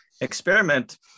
experiment